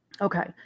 Okay